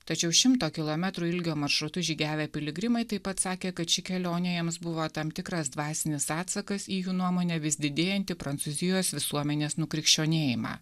tačiau šimto kilometrų ilgio maršrutu žygiavę piligrimai taip pat sakė kad ši kelionė jiems buvo tam tikras dvasinis atsakas į jų nuomone vis didėjantį prancūzijos visuomenės nukrikščionėjimą